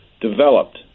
developed